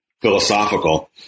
philosophical